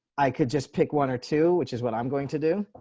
i could just pick one or two, which is what i'm going to do.